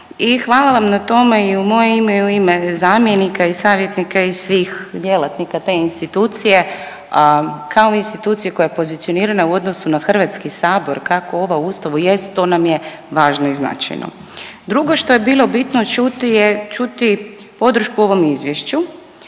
hvala vam na tome i u moje ime i u ime zamjenika i savjetnika i svih djelatnika te institucije kao institucije koja je pozicionirana u odnosu na Hrvatski sabor kako ova u Ustavu jest to nam je važno i značajno. Drugo što je bilo bitno čuti je čuti podršku ovom izvješću,